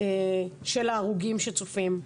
של ההרוגים שצופים: